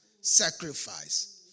Sacrifice